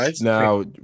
Now